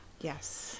yes